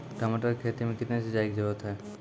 टमाटर की खेती मे कितने सिंचाई की जरूरत हैं?